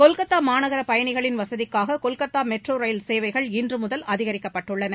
கொல்கத்தா மாநகர பயணிகளின் வசதிக்காக கொல்கத்தா மெட்ரோ ரயில் சேவைகள் இன்று முதல் அதிகரிக்கப்பட்டுள்ளன